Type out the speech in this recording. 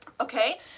Okay